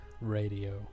radio